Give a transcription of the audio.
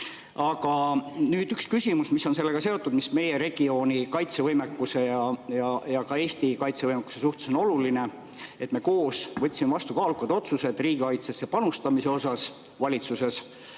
Aga nüüd üks küsimus, mis on sellega seotud, mis meie regiooni kaitsevõimekuse ja ka Eesti kaitsevõimekuse suhtes on oluline. Me koos võtsime valitsuses vastu kaalukad otsused riigikaitsesse panustamise kohta ja seal